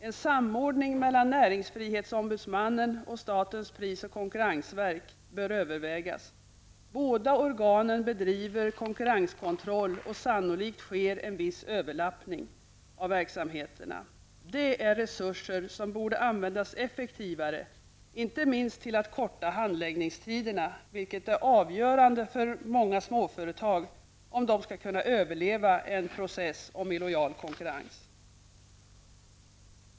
En samordning mellan näringsfrihetsombudsmannen och statens pris och konkurrensverk bör övervägas. Båda organen bedriver konkurrenskontroll, och sannolikt sker en viss överlappning av verksamheterna. Det är resurser som borde användas effektivare -- inte minst till att korta handläggningstiderna, vilket är avgörande för många småföretag om de skall kunna överleva en process om illojal konkurrens.